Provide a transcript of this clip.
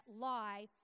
lie